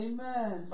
Amen